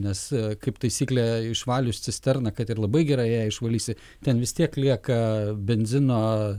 nes kaip taisyklė išvalius cisterną kad ir labai gerai ją išvalysi ten vis tiek lieka benzino